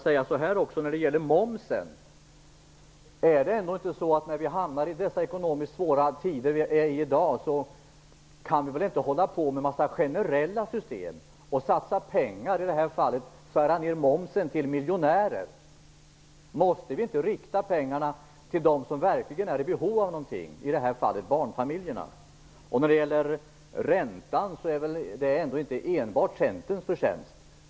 Så till frågan om momsen. Är det ändå inte så att vi, när det ekonomiskt är så svåra tider som det i dag är, inte kan hålla på med en massa generella system och satsa pengar och, som i det här fallet, skära ner momsen för miljonärer? Måste vi inte rikta pengarna till dem som verkligen har behov av hjälp - i det här fallet barnfamiljerna? När det gäller räntan så är väl utvecklingen inte enbart Centerns förtjänst.